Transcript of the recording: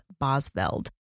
Bosveld